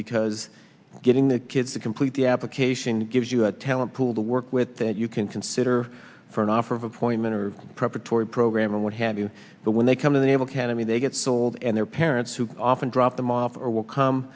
because getting the kids to complete the application gives you a talent pool to work with that you can consider for an offer of appointment or preparatory program or what have you but when they come in the able can i mean they get sold and their parents who often drop them off or will come